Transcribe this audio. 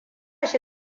shi